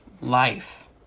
life